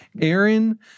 Aaron